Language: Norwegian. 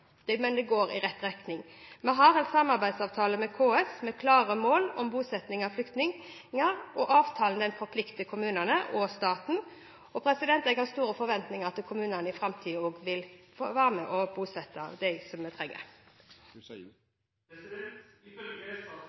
Det er ikke nok, men det går i riktig retning. Vi har en samarbeidsavtale med KS, med klare mål om bosetting av flyktninger. Avtalen forplikter kommunene og staten. Jeg har store forventninger til at kommunene også i framtida vil være med og bosette dem som trenger